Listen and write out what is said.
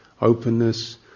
openness